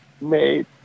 made